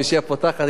החמישייה הפותחת,